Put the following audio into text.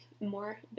more